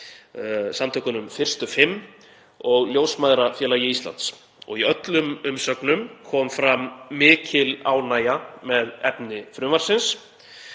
samtökunum Fyrstu fimm og Ljósmæðrafélagi Íslands. Í öllum umsögnum kom fram mikil ánægja með efni frumvarpsins.